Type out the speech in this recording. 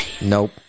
Nope